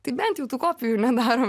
tai bent jau tų kopijų nedaro